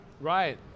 Right